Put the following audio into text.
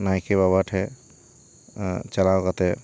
ᱱᱟᱭᱠᱮ ᱵᱟᱵᱟ ᱴᱷᱮ ᱪᱟᱞᱟᱣ ᱠᱟᱛᱮ